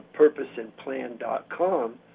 purposeandplan.com